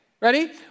Ready